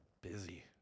Busy